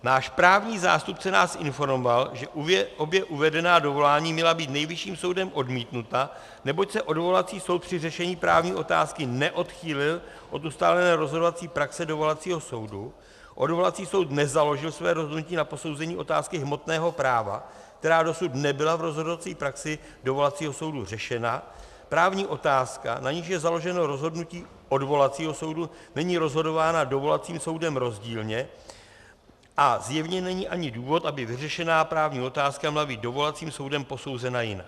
Náš právní zástupce nás informoval, že obě uvedená dovolání měla být Nejvyšším soudem odmítnuta, neboť se odvolací soud při řešení právní otázky neodchýlil od ustálené rozhodovací praxe dovolacího soudu, odvolací soud nezaložil své rozhodnutí na posouzení otázky hmotného práva, která dosud nebyla v rozhodovací praxi dovolacího soudu řešena, právní otázka, na níž je založeno rozhodnutí odvolacího soudu, není rozhodována dovolacím soudem rozdílně a zjevně není ani důvod, aby vyřešená právní otázka měla být dovolacím soudem posouzena jinak.